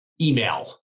email